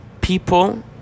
people